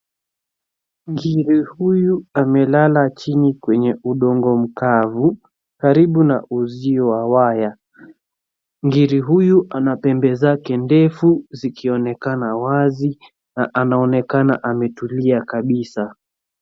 Ngiri huyu amelala chini kwenye udongo mkavu karibu na uzio wa waya. Ngiri huyu ana pembe zake ndefu zikionekana wazi na anaonekana ametulia kabisa.